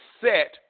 set